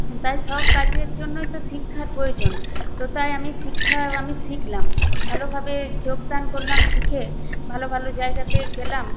তাই সব কাজের জন্যই তো শিক্ষার প্রয়োজন তো তাই আমি শিক্ষা আমি শিখলাম ভালোভাবে যোগদান করলাম শিখে ভালো ভালো জায়গাতে গেলাম